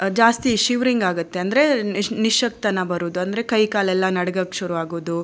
ಜಾಸ್ತಿ ಶಿವ್ರಿಂಗ್ ಆಗುತ್ತೆ ಅಂದರೆ ನಿಶಕ್ತನ ಬರುವುದು ಅಂದರೆ ಕೈ ಕಾಲೆಲ್ಲ ನಡುಗೋಕ್ ಶುರು ಆಗುವುದು